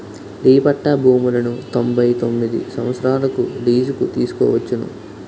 D పట్టా భూములను తొంభై తొమ్మిది సంవత్సరాలకు లీజుకు తీసుకోవచ్చును